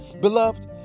Beloved